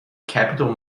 capital